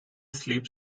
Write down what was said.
sleep